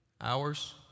hours